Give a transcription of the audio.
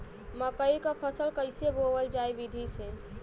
मकई क फसल कईसे बोवल जाई विधि से?